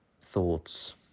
thoughts